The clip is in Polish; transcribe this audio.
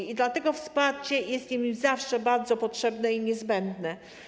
I dlatego wsparcie jest im zawsze bardzo potrzebne i niezbędne.